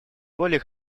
воли